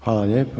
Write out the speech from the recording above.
Hvala lijepa.